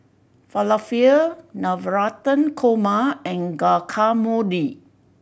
Falafel Navratan Korma and Guacamole